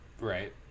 Right